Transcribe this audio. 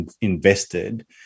invested